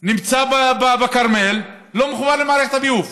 שנמצא בכרמל לא מחובר למערכת הביוב.